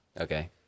Okay